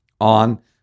on